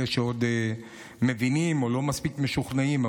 אלה שעוד מבינים או לא מספיק משוכנעים.